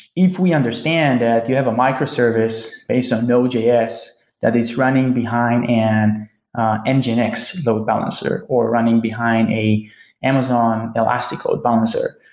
if we understand that you have a microservice based on node js that is running behind an and nginx load balancer or running behind an amazon elastic load balancer.